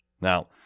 Now